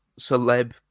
celeb